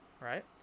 Right